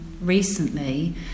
recently